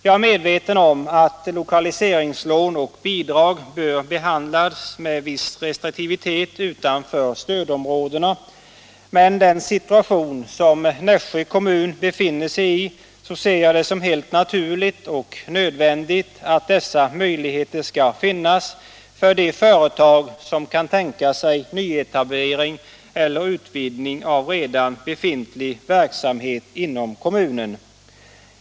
Jag är medveten om att lokaliseringslån och bidrag bör behandlas med viss restriktivitet utanför stödområdena, men med tanke på den situation som Nässjö kommun befinner sig i ser jag det som helt naturligt och nödvändigt att dessa möjligheter skall finnas för de företag som kan tänka sig nyetablering eller utvidning av redan befintlig verksamhet inom kommunen.